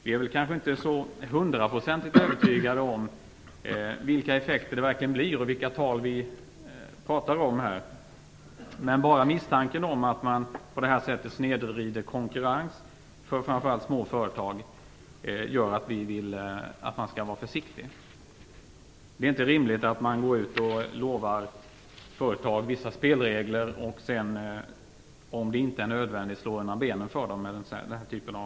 Vi är inte hundraprocentigt övertygade om vilka effekter det verkligen blir och vilka tal vi talar om. Men bara misstanken att man snedvrider konkurrensen för framför allt småföretagen gör att vi vill att man skall vara försiktig. Det kan inte vara rimligt att man lovar företagen vissa spelregler och sedan slår undan benen för dem.